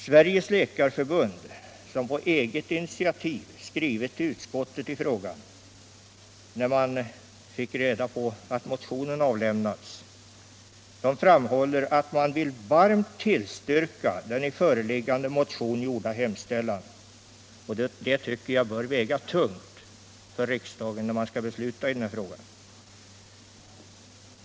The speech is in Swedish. Sveriges läkarförbund, som på eget initiativ sedan man fått kännedom om att motionen väckts skrivit till utskottet i frågan, framhåller att man varmt vill tillstyrka den i föreliggande motion gjorda hemställan. Jag tycker att detta uttalande bör väga tungt när riksdagen skall fatta beslut i denna fråga.